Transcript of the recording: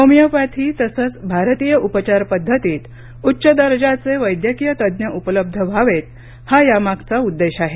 homeopathy तसंच भारतीय उपचार पद्धतीत उच्च दर्जाचे वैद्यकीय तज्ज्ञ उपलब्ध व्हावेत हा यामागचा उद्देश आहे